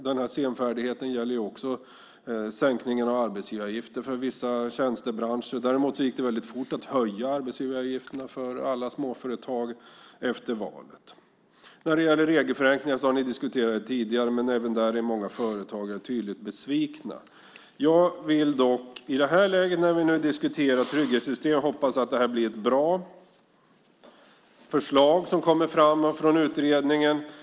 Den här senfärdigheten gäller också sänkningen av arbetsgivaravgifter för vissa tjänstebranscher. Däremot gick det väldigt fort att höja arbetsgivaravgifterna för alla småföretag efter valet. Regelförenklingar har ni diskuterat tidigare. Men även där är många företagare tydligt besvikna. Jag vill dock i det här läget, när vi nu diskuterar trygghetssystem, hoppas att det blir ett bra förslag som kommer fram från utredningen.